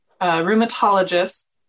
rheumatologist